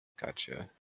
Gotcha